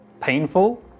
painful